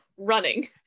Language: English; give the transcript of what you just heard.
running